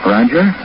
Roger